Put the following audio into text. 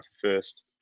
first